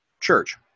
church